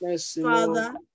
Father